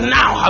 now